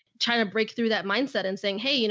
trying to break through that mindset and saying, hey, you know,